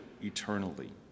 eternally